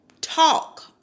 talk